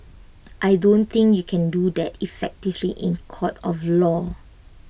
I don't think you can do that effectively in court of law